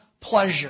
pleasure